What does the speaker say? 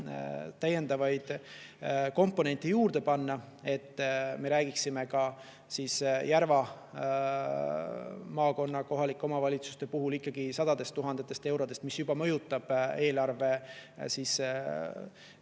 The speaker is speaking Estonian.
täiendavaid komponente juurde panna, et me räägiksime ka Järva maakonna kohalike omavalitsuste puhul sadadest tuhandetest eurodest. See juba mõjutaks eelarve